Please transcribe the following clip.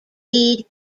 lead